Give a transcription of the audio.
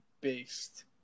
based